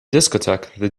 discotheque